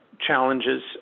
challenges